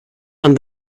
and